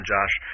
Josh